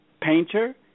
painter